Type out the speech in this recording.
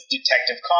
Detective